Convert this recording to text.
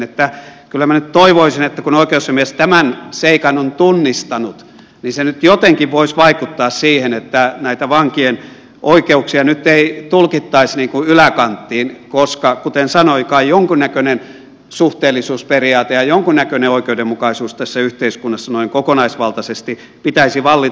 ja kyllä minä nyt toivoisin että kun oikeusasiamies tämän seikan on tunnistanut niin se nyt jotenkin voisi vaikuttaa siihen että näitä vankien oikeuksia nyt ei tulkittaisi niin kuin yläkanttiin koska kuten sanoin kai jonkunnäköinen suhteellisuusperiaate ja jonkunnäköinen oikeudenmukaisuus tässä yhteiskunnassa noin kokonaisvaltaisesti pitäisi vallita